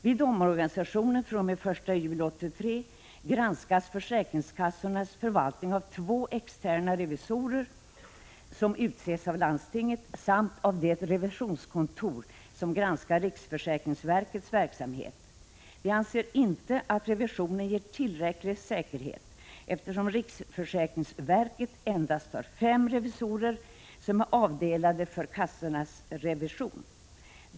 Efter omorganisationen den 1 juli 1983 granskas försäkringskassornas förvaltning av två externa revisorer, som utses av landstinget samt av det revisionskontor som granskar riksförsäkringsverkets verksamhet. Vi anser inte att revisionen ger tillräcklig säkerhet, eftersom riksförsäkringsverket endast har fem revisorer som är avdelade för kassornas revision.